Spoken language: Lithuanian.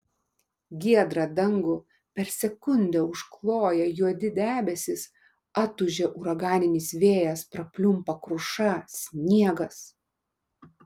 giedrą dangų per sekundę užkloja juodi debesys atūžia uraganinis vėjas prapliumpa kruša sniegas